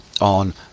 on